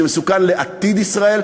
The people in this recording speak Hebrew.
שמסוכן לעתיד ישראל,